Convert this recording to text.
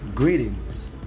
Greetings